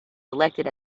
selected